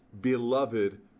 beloved